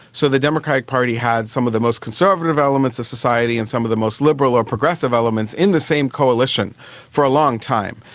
so the democratic party had some of the most conservative elements of society and some of the most liberal and progressive elements in the same coalition for a long time,